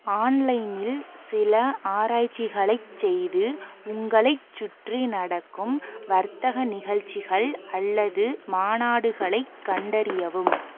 ஆன்லைனில் சில ஆராய்ச்சிகளைச் செய்து உங்களைச் சுற்றி நடக்கும் வர்த்தக நிகழ்ச்சிகள் அல்லது மாநாடுகளைக் கண்டறியவும்